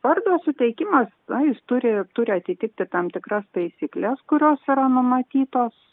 vardo suteikimas na jis turi turi atitikti tam tikras taisykles kurios yra numatytos